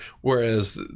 whereas